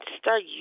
start